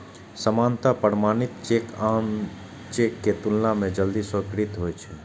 सामान्यतः प्रमाणित चेक आन चेक के तुलना मे जल्दी स्वीकृत होइ छै